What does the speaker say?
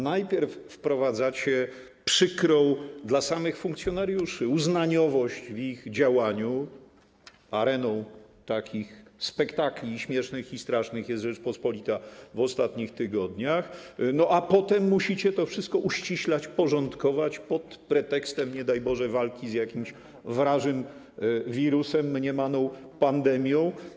Najpierw wprowadzacie przykrą dla samych funkcjonariuszy uznaniowość w ich działaniu - areną takich spektakli i śmiesznych, i strasznych jest Rzeczpospolita w ostatnich tygodniach - a potem musicie to wszystko uściślać, porządkować pod pretekstem, nie daj Boże, walki z jakimś wrażym wirusem, mniemaną pandemią.